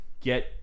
get